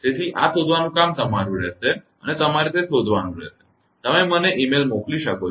તેથી આ શોધવાનું કામ તમારું રહેશે અને તમારે તે શોધવાનું રહેશે તમે મને ઇ મેઇલ મોકલી શકો છો